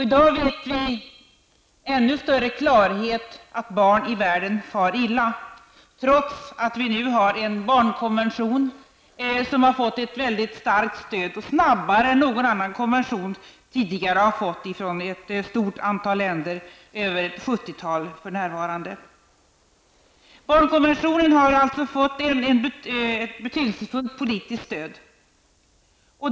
I dag vet vi med ännu större klarhet att barn i världen far illa trots att vi nu har en barnkonvention som har fått ett mycket starkt stöd snabbare än någon annan konvention tidigare har fått i från ett stort antal länder, över 70 för närvarende. Barnkonventionen har alltså fått ett betydelsefullt politiskt stöd.